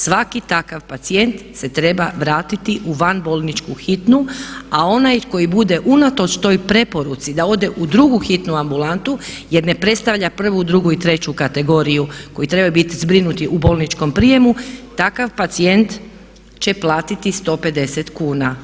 Svaki takav pacijent se treba vratiti u vanbolničku hitnu, a onaj koji bude unatoč toj preporuci da ode u drugu hitnu ambulantu jer ne predstavlja prvu, drugu i treću kategoriju koji trebaju bit zbrinuti u bolničkom prijemu takav pacijent će platiti 150 kuna.